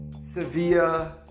Sevilla